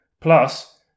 Plus